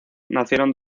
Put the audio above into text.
nacieron